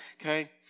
okay